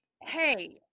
hey